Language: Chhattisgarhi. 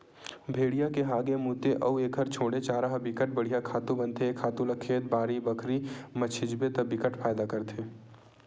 भेड़िया के हागे, मूते अउ एखर छोड़े चारा ह बिकट बड़िहा खातू बनथे ए खातू ल खेत, बाड़ी बखरी म छितबे त बिकट फायदा करथे